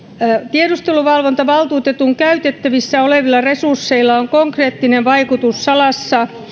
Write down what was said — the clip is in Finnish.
tiedusteluvalvontavaltuutetun käytettävissä olevilla resursseilla on konkreettinen vaikutus salassa